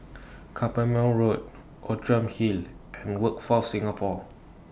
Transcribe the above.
Carpmael Road Outram Hill and Workforce Singapore